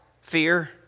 fear